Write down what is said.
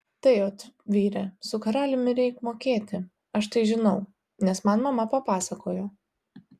tai ot vyre su karaliumi reik mokėti aš tai žinau nes man mama papasakojo